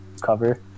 cover